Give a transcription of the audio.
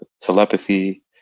Telepathy